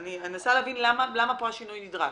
אני מנסה להבין למה פה השינוי נדרש.